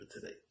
today